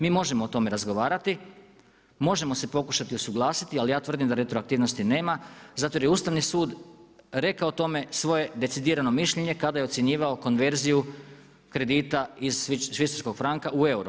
Mi možemo o tome razgovarati, možemo se pokušati usuglasiti, ali ja tvrdim da retroaktivnosti nema, zato jer je Ustavni sud rekao o tome svoje decidirano mišljenje, kada je ocjenjivao konverziju kredita iz švicarskog franka u euro.